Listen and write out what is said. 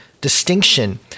distinction